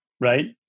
Right